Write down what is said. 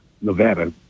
Nevada